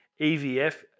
EVF